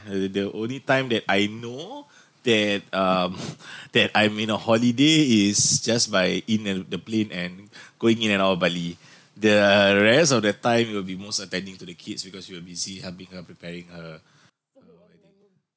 uh the only time that I know that um that I'm in a holiday is just by in a the plane and going in and out of bali the rest of the time will be most attending to the kids because you were busy helping her preparing her her wedding